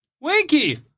Winky